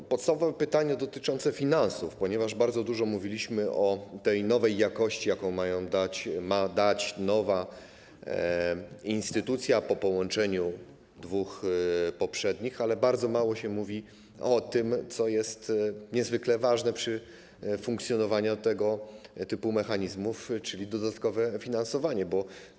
Mam podstawowe pytanie dotyczące finansów, ponieważ bardzo dużo mówiliśmy o nowej jakości, jaką ma dać nowa instytucja po połączeniu dwóch poprzednich, ale bardzo mało mówi się o tym, co jest niezwykle ważne przy funkcjonowaniu tego typu mechanizmów, czyli o dodatkowym finansowaniu.